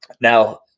now